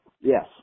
Yes